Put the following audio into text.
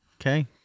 Okay